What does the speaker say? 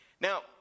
Now